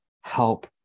help